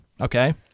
Okay